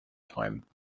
time